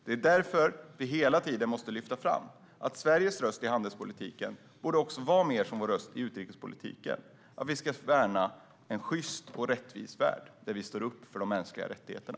Det är därför vi hela tiden måste lyfta fram att Sveriges röst i handelspolitiken borde vara mer som vår röst i utrikespolitiken. Vi ska värna en sjyst och rättvis värld, där vi står upp för de mänskliga rättigheterna.